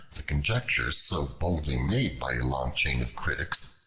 the conjectures so boldly made by a long chain of critics,